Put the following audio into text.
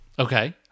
Okay